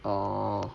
oh